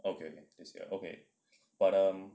okay okay this year but um